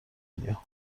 دنیا